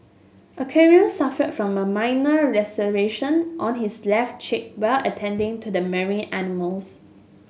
aquarium suffered from a minor laceration on his left cheek while attending to the marine animals